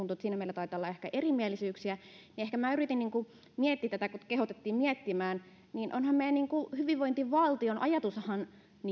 siinä meillä taitaa ehkä olla erimielisyyksiä niin ehkä minä yritin niin kuin miettiä tätä kun kehotettiin miettimään niin onhan meillä niin kuin hyvinvointivaltion ajatushan